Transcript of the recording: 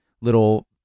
little